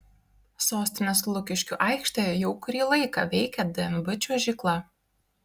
sostinės lukiškių aikštėje jau kurį laiką veikia dnb čiuožykla